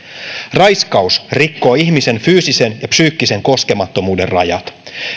raiskaus rikkoo ihmisen fyysisen ja psyykkisen koskemattomuuden rajat